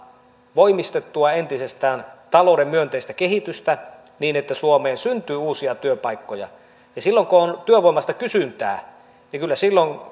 voimistettua entisestään talouden myönteistä kehitystä niin että suomeen syntyy uusia työpaikkoja silloin kun on työvoimasta kysyntää kyllä silloin